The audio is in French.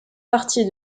partie